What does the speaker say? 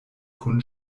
kun